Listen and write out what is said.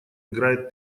играет